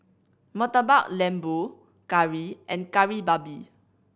Murtabak Lembu curry and Kari Babi